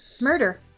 murder